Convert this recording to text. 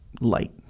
light